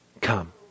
come